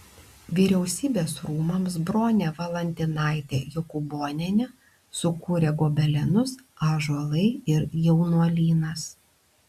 vyriausybės rūmams bronė valantinaitė jokūbonienė sukūrė gobelenus ąžuolai ir jaunuolynas